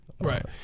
right